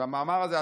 המאמר הזה,